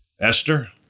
Esther